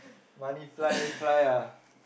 money fly fly ah